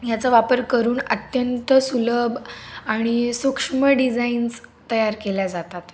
ह्याचा वापर करून अत्यंत सुलभ आणि सूक्ष्म डिजाईन्स तयार केल्या जातात